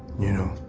you know?